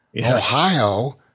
Ohio